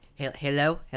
Hello